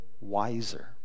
wiser